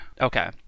Okay